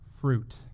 fruit